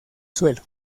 suelo